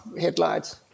headlights